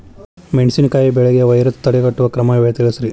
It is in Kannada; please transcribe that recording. ಮೆಣಸಿನಕಾಯಿ ಬೆಳೆಗೆ ವೈರಸ್ ತಡೆಗಟ್ಟುವ ಕ್ರಮ ತಿಳಸ್ರಿ